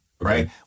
Right